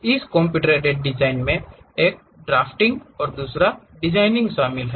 इस computer aided design में एक ड्राफ्टिंग और दूसरा डिजाइनिंग शामिल है